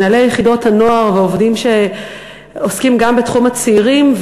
מנהלי יחידות הנוער ועובדים שעוסקים גם בתחום הצעירים,